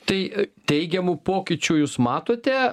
tai teigiamų pokyčių jūs matote